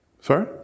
Sorry